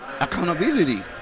accountability